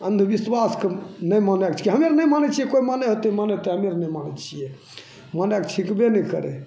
अन्धविश्वासके नहि मानैके छिकै हमे आओर नहि मानै छिकै कोइ मानै होतै मानै होतै हमे आओर नहि मानै छिए मानैके छिकबे नहि करै